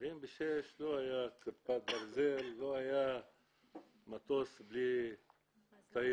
ב-76' לא היה כיפת ברזל, לא היה מטוס בלי טייס,